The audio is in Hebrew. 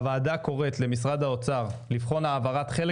הוועדה קוראת למשרד האוצר לבחון העברת חלק